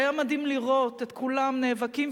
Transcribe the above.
והיה מדהים לראות את כולם נאבקים,